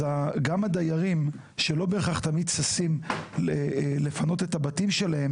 אז גם הדיירים שלא ששים לפנות את הבתים שלהם